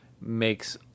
makes